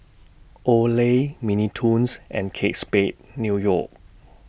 Olay Mini Toons and Kate Spade New York